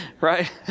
right